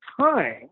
time